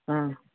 ಹ್ಞೂ